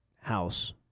house